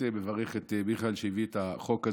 אני באמת מברך את מיכאל, שהביא את החוק הזה.